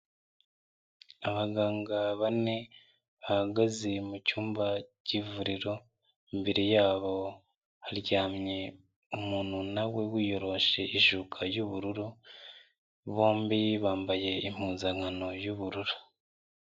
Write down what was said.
Abaganga bane, bahagaze mu cyumba cy'ivuriro, imbere yabo haryamye umuntu nawe wiyoroshe ishuka y'ubururu, bombi bambaye impuzankano y'ubururu.